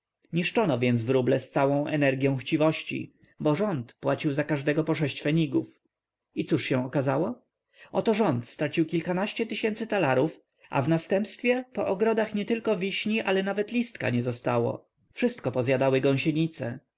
niszczono więc wróble z całą energią chciwości bo rząd płacił za każdego po fenigów i cóż się okazało oto rząd stracił kilkanaście tysięcy talarów a w następstwie po ogrodach nietylko wiśni ale nawet listka nie zostało wszystko pozjadały